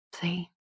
See